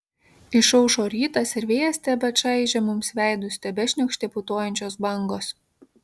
išaušo rytas ir vėjas tebečaižė mums veidus tebešniokštė putojančios bangos